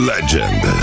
Legend